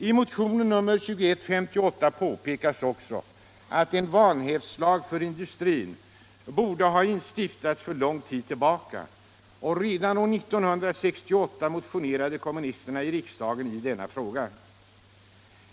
I motionen nr 2158 påpekas också att en vanhävdslag för industrin borde ha stiftats sedan lång tid tillbaka. Redan år 1968 motionerade kommunisterna i riksdagen i denna fråga.